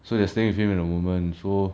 so they're staying with him at the moment